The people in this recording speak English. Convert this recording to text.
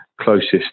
closest